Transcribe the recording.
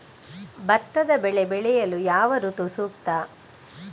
ಭತ್ತದ ಬೆಳೆ ಬೆಳೆಯಲು ಯಾವ ಋತು ಸೂಕ್ತ?